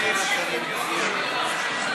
תמחקו בטיפקס את